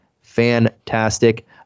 fantastic